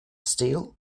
steel